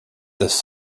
this